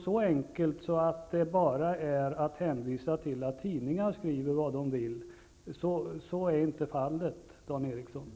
Så enkelt som att bara hänvisa till att tidningarna skriver vad de vill är det inte.